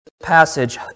passage